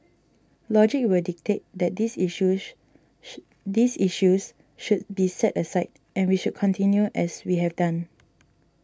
logic will dictate that these issues these issues should be set aside and we should continue as we have done